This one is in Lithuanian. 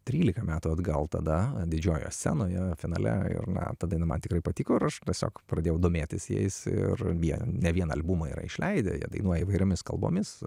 tylika metų atgal tada didžiojoje scenoje finale ir na ta daina man tikrai patiko aš tiesiog pradėjau domėtis jais ir jien ne vieną albumą yra išleidę jie dainuoja įvairiomis kalbomis